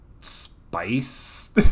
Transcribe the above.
spice